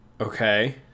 Okay